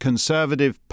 Conservative